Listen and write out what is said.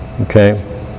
Okay